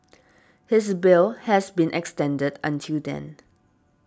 his bail has been extended until then